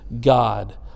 God